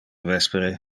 vespere